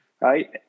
Right